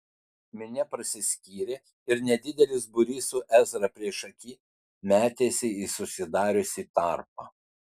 minia prasiskyrė ir nedidelis būrys su ezra priešaky metėsi į susidariusį tarpą